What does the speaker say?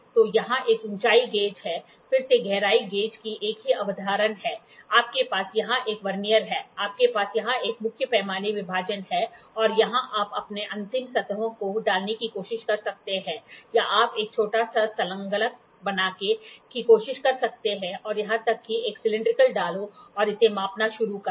तो यहां एक ऊंचाई गेज है फिर से गहराई गेज की एक ही अवधारणा है आपके पास यहां एक वर्नियर है आपके पास यहां एक मुख्य पैमाने विभाजन है और यहां आप अपनी अंतिम सतहों को डालने की कोशिश कर सकते हैं या आप एक छोटा सा संलग्नक बनाने की कोशिश कर सकते हैं और यहां तक कि एक सिलैंडरिकल डालो और इसे मापना शुरू करें